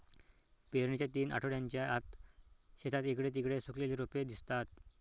पेरणीच्या तीन आठवड्यांच्या आत, शेतात इकडे तिकडे सुकलेली रोपे दिसतात